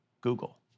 Google